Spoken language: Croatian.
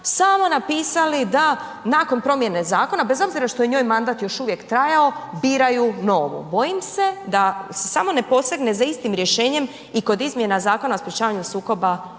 samo napisali da nakon promjene zakona bez obzira što je njoj mandat još uvijek trajao biraju novu. Bojim se da se samo ne posegne za istim rješenjem i kod Izmjena zakona o sprječavanju sukoba